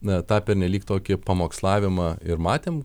na tą pernelyg tokį pamokslavimą ir matėm